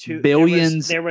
billions